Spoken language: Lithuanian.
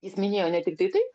jis minėjo ne tiktai tai